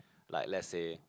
like let's say